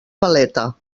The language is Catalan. paleta